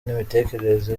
n’imitekerereze